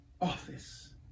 office